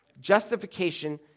Justification